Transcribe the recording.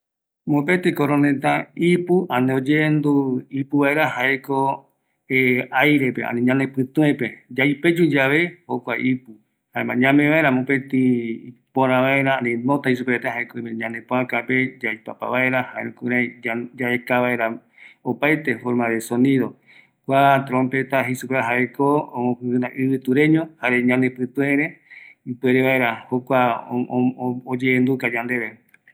Kua koroneta reta, ani trompeta, jaeko iputa ñanepɨtuepe, yaikatuta yaipeyu ñamoñee vaera, kua tromprta öime gueru kirai yambo kambio vaera, ñamee vaera, yaenduka vaera ïpöra oyendu